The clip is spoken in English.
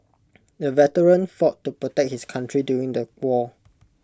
the veteran fought to protect his country during the war